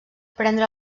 prendre